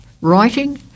writing